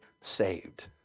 saved